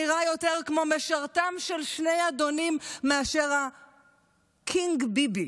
נראה יותר כמו משרתם של שני אדונים מאשר קינג ביבי.